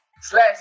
slash